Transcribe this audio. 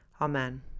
Amen